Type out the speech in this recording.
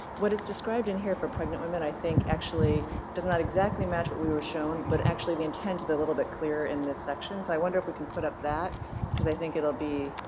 what is described in here for pregnant women i think actually does not exactly match what we were shown, but actually the intent is a little bit clearer in this section, so i wonder if we can put up that because i think it'll be